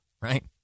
right